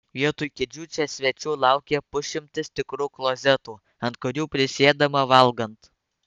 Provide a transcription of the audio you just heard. vietoj kėdžių čia svečių laukia pusšimtis tikrų klozetų ant kurių prisėdama valgant